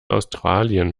australien